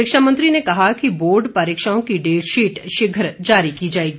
शिक्षा मंत्री ने कहा कि बोर्ड परीक्षांओं की डेट शीट शीघ्र जारी की जाएगी